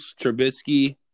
Trubisky